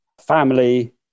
family